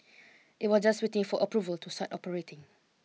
it was just waiting for approval to start operating